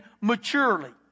maturely